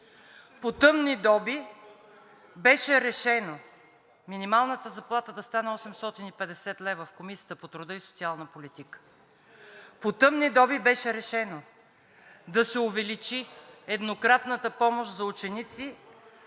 по тъмни доби беше решено да се увеличи еднократната помощ за ученици